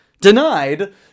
denied